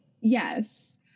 Yes